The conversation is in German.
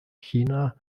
china